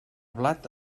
blat